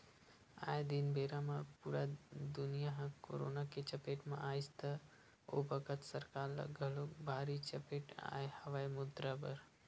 आये दिन बेरा म पुरा दुनिया ह करोना के चपेट म आइस त ओ बखत सरकार ल घलोक भारी चपेट आय हवय मुद्रा बर